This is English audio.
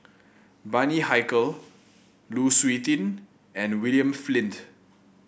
Bani Haykal Lu Suitin and William Flint